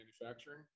manufacturing